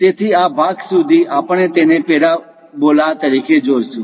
તેથી આ ભાગ સુધી આપણે તેને પેરાબોલા તરીકે જોશું